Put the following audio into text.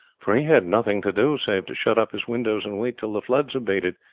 for he had nothing to do, save to shut up his windows and wait till the floods abated,